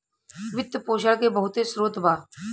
वित्त पोषण के बहुते स्रोत बा